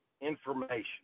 information